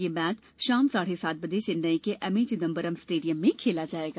यह मैच शाम साढ़े सात बजे चेन्नई के एकएम चिदंबरम स्टेडियम में खेला जाएगा